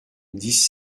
dix